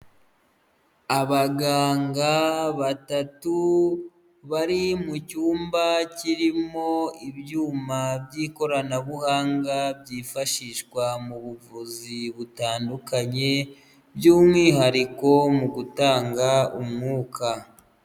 Abaganga batatu, bari mu cyumba kirimo ibyuma by'ikoranabuhanga byifashishwa mu buvuzi butandukanye, by'umwihariko mu gutanga umwuka.